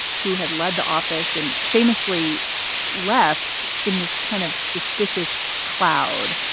who had led the office and famously left in this kind of suspicious cloud.